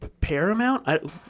Paramount